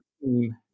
team